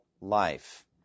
life